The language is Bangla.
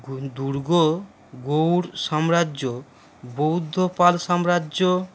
গো দুর্গ গৌড় সাম্রাজ্য বৌদ্ধ পাল সাম্রাজ্য